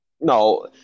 no